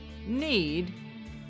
need